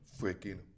Freaking